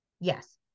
Yes